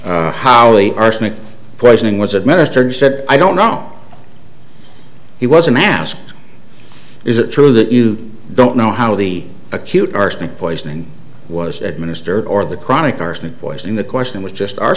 holly arsenic poisoning was administered said i don't know he was a mask is it true that you don't know how the acute arsenic poisoning was administered or the chronic arsenic poisoning the question was just